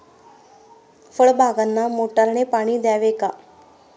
फळबागांना मोटारने पाणी द्यावे का?